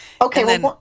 Okay